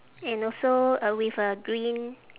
and also uh with a green